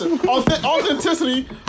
authenticity